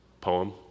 Poem